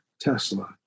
Tesla